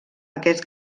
aquest